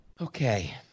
Okay